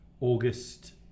August